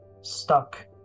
stuck